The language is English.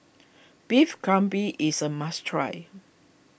Beef Galbi is a must try